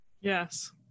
Yes